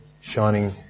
shining